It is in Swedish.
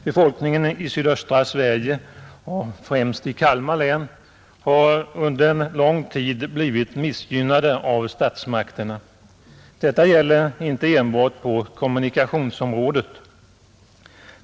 Befolkningen i sydöstra Sverige — och främst i Kalmar län — har under en lång tid blivit missgynnad av statsmakterna. Detta gäller inte enbart på kommunikationsområdet.